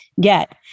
get